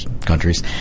countries